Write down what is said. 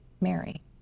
Mary